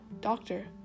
doctor